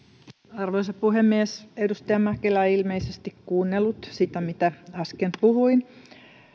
arvoisa puhemies edustaja mäkelä ei ilmeisesti kuunnellut sitä mitä äsken puhuin